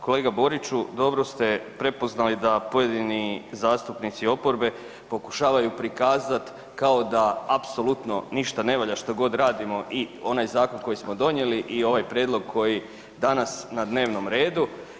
Kolega Boriću dobro ste prepoznali da pojedini zastupnici oporbe pokušavaju prikazat kao da apsolutno ništa ne valja što god radimo i onaj zakon koji smo donijeli i ovaj prijedlog koji je danas na dnevnom redu.